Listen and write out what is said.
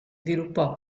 sviluppò